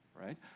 Right